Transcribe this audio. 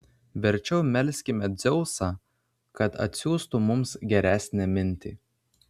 verčiau melskime dzeusą kad atsiųstų mums geresnę mintį